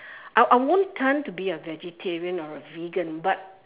I I won't turn to be a vegetarian or a vegan but